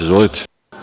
Izvolite.